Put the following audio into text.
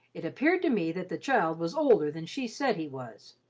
it appeared to me that the child was older than she said he was,